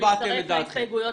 הבעתם את דעתכם.